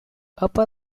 upper